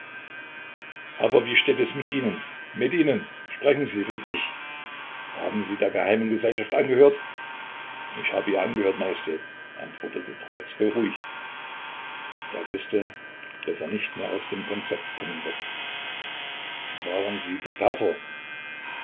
aber wie steht es mit ihnen mit ihnen sprechen sie von sich haben sie der geheimen gesellschaft angehört ich habe ihr angehört majestät antwortete trubezkoi ruhig er wußte daß er nicht mehr aus dem konzept kommen würde waren sie diktator